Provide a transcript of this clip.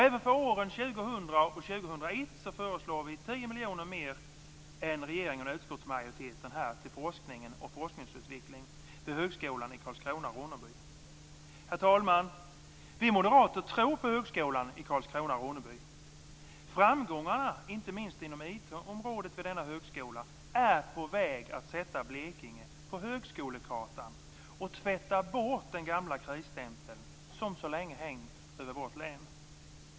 Även för åren 2000 och 2001 föreslår vi 10 miljoner mer än regeringen och utskottsmajoriteten till forskningen och forskningsutvecklingen vid högskolan i Herr talman! Vi moderater tror på högskolan i Karlskrona/Ronneby. Framgångarna vid denna högskola, inte minst inom IT-området, är på väg att sätta Blekinge på högskolekartan och tvätta bort den gamla krisstämpeln som så länge hängt över vårt län.